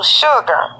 sugar